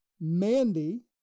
Mandy